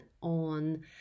on